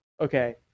okay